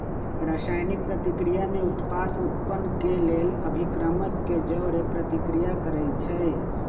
रसायनिक प्रतिक्रिया में उत्पाद उत्पन्न केलेल अभिक्रमक के जओरे प्रतिक्रिया करै छै